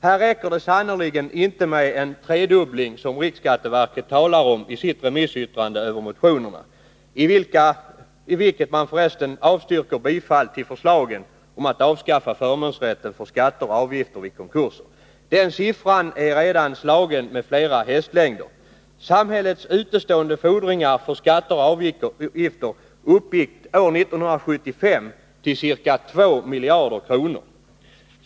Här räcker det sannerligen inte med en tredubbling, som riksskatteverket talar om i sitt remissyttrande över motionerna, i vilket man för resten avstyrker bifall till förslaget om att avskaffa förmånsrätten för skatter och avgifter vid konkurser. Den siffran är redan slagen med flera hästlängder. till ca 2 miljarder kronor.